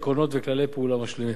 עקרונות וכללי פעולה משלימים.